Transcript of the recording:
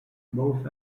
both